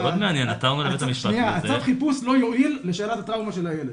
צו חיפוש לא יועיל לשאלת הטראומה של הילד.